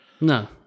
No